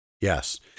yes